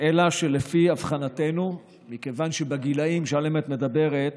אלא שלפי הבחנתנו, מכיוון שבגילים שעליהם את מדברת